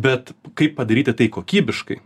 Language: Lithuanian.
bet kaip padaryti tai kokybiškai